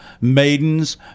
maidens